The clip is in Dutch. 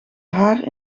haar